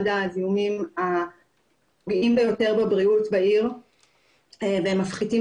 אחד הזיהומים שפוגעים ביותר בבריאות בעיר והם מפחיתים